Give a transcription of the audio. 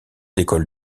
l’école